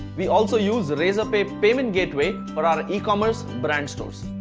we also use the razorpay payment gateway for our e-commerce brand stores.